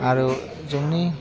आरो जोंनि